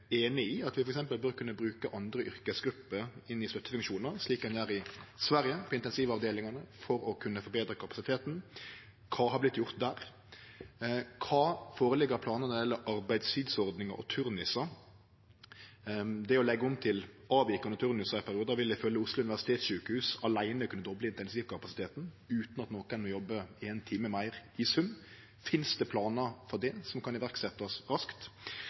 einig i at vi f.eks. bør kunne bruke andre yrkesgrupper i støttefunksjonar, slik ein gjer på intensivavdelingane i Sverige, for å kunne forbetre kapasiteten. Kva har vorte gjort der? Kva føreligg av planar når det gjeld arbeidstidsordningar og turnusar? Det å leggje om til avvikande turnusar i periodar vil ifølgje Oslo universitetssjukehus aleine kunne doble intensivkapasiteten, utan at nokon må jobbe éin time meir i sum. Finst det planar for det som kan setjast i verk raskt?